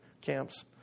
camps